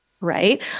right